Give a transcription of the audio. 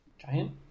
Giant